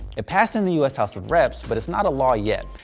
it passed in the us house of reps, but it's not a law yet.